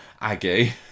Aggie